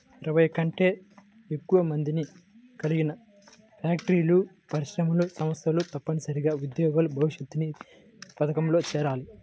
ఇరవై కంటే ఎక్కువ మందిని కలిగిన ఫ్యాక్టరీలు, పరిశ్రమలు, సంస్థలు తప్పనిసరిగా ఉద్యోగుల భవిష్యనిధి పథకంలో చేరాలి